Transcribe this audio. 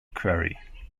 query